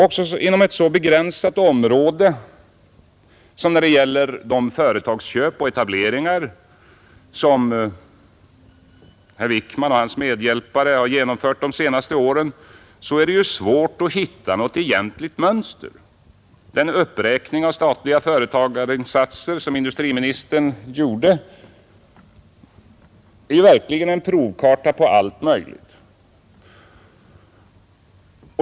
Också inom ett så begränsat område som när det gäller de företagsköp och etableringar som herr Wickman och hans medhjälpare har genomfört de senaste åren är det svårt att hitta något egentligt mönster. Den uppräkning av statliga företagarinsatser som industriministern gjorde är verkligen en provkarta på allt möjligt.